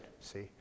see